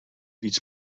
víc